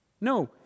No